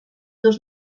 dos